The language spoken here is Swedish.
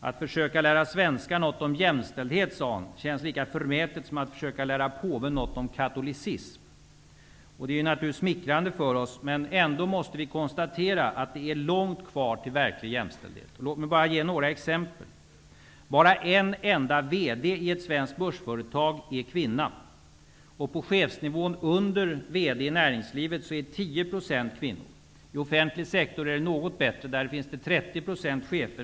Att försöka lära svenskar något om jämställdhet sade hon, känns lika förmätet som att försöka lära Påven något om katolicism. Det är ju smickrande för oss, men ändå måste vi konstatera att det är långt kvar till verklig jämställdhet. Låt mig ge några exempel. Bara en enda VD i ett svenskt börsföretag är kvinna. På chefsnivån därunder i näringslivet är det bara 10 % kvinnor. I 30 % chefer.